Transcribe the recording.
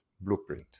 Blueprint